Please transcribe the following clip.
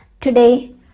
today